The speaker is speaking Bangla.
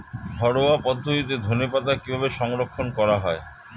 ঘরোয়া পদ্ধতিতে ধনেপাতা কিভাবে সংরক্ষণ করা হয়?